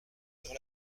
dans